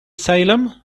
salem